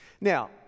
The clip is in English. Now